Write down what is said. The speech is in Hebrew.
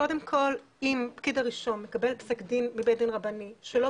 קודם כל אם פקיד הרישום מקבל פסק דין מבית דין רבני שלא